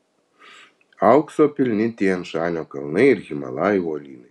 aukso pilni tian šanio kalnai ir himalajų uolynai